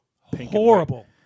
Horrible